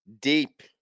deep